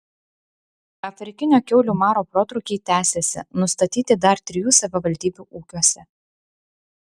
afrikinio kiaulių maro protrūkiai tęsiasi nustatyti dar trijų savivaldybių ūkiuose